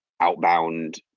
outbound